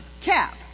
cap